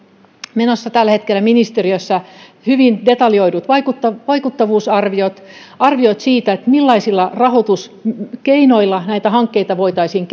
menossa tällä hetkellä ministeriössä hyvin detaljoidut vaikuttavuusarviot arviot siitä millaisilla rahoituskeinoilla näitä hankkeita voitaisiin